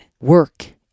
Work